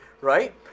right